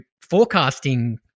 forecasting